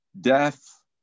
death